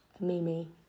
Mimi